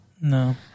No